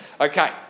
Okay